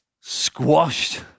squashed